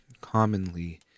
commonly